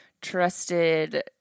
trusted